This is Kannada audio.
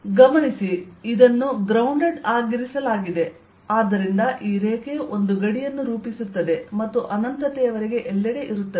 ಗಮನಿಸಿ ಇದನ್ನು ಗ್ರೌಂಡೆಡ್ ಆಗಿರಿಸಲಾಗಿದೆ ಮತ್ತು ಆದ್ದರಿಂದ ಈ ರೇಖೆಯು ಒಂದು ಗಡಿಯನ್ನು ರೂಪಿಸುತ್ತದೆ ಮತ್ತು ಅನಂತತೆಯವರೆಗೆ ಎಲ್ಲೆಡೆ ಇರುತ್ತದೆ